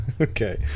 Okay